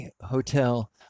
Hotel